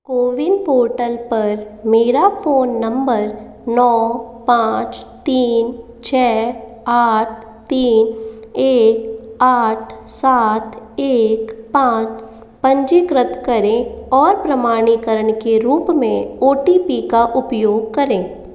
CoWIN portal पर मेरा phone number नौ पाँच तीन छ आठ तीन एक आठ सात एक पाँच पंजीकृत करें और प्रमाणीकरण के रूप में ओ टी पी का उपयोग करें